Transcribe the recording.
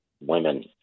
women